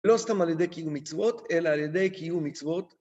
לא סתם על ידי קיום מצוות, אלא על ידי קיום מצוות...